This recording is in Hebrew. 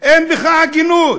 אין בך הגינות.